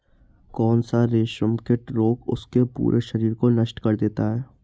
कौन सा रेशमकीट रोग उसके पूरे शरीर को नष्ट कर देता है?